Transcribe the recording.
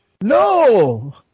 No